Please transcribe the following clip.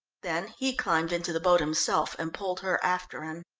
then he climbed into the boat himself, and pulled her after him.